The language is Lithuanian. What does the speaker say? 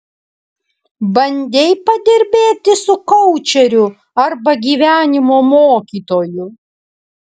bandei padirbėti su koučeriu arba gyvenimo mokytoju